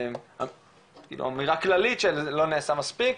זאת אמירה כללית שלא נעשה מספיק,